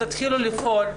תתחילו לפעול,